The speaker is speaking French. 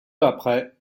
après